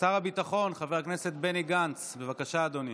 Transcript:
שר הביטחון חבר הכנסת בני גנץ, בבקשה, אדוני,